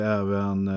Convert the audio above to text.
även